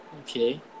Okay